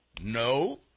No